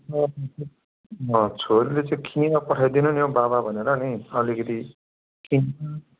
अँ छोरीले चाहिँ किनामा पठाइदिनु नि हौ बाबा भनेर नि अलिकति किनामा